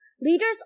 leaders